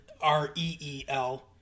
R-E-E-L